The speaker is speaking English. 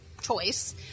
choice